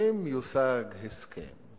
שאם יושג הסכם,